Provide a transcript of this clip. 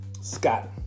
Scott